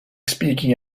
speaking